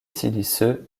siliceux